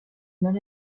mal